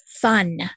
fun